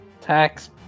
Tax